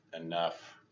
enough